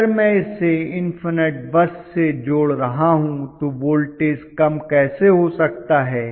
अगर मैं इसे इन्फनट बस से जोड़ रहा हूं तो वोल्टेज कम कैसे हो सकता है